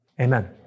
amen